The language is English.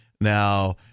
Now